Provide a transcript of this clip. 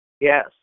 Yes